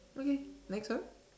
okay next one